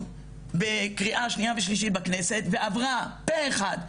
בקריאה שנייה ושלישית בכנסת ועברה פה אחד,